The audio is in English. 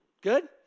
Good